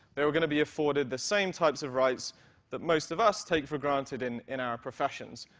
they were going to be afforded the same types of rights that most of us take for granted in in our professions.